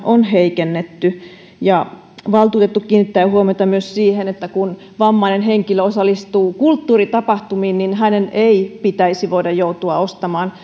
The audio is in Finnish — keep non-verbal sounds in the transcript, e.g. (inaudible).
on heikennetty ja valtuutettu kiinnittää huomiota myös siihen että kun vammainen henkilö osallistuu kulttuuritapahtumiin niin hänen ei pitäisi voida joutua ostamaan (unintelligible)